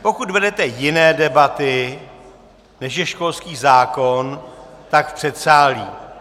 Pokud vedete jiné debaty, než je školský zákon, tak v předsálí.